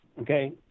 okay